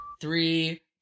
three